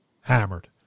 hammered